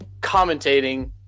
commentating